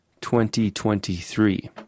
2023